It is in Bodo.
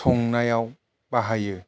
संनायाव बाहायो